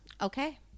Okay